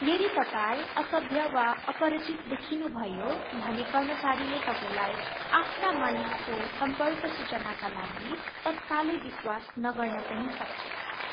यदि तपाईँँ असभ्य वा अपरिचित देखिनुभयो भने कर्मचारीले तपाईँँलाई आफ्ना मालिकको सम्पर्क सूचनाका लागि तत्कालै विश्वास नगर्न पनि सक्छन्